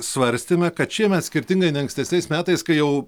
svarstėme kad šiemet skirtingai nei ankstesniais metais kai jau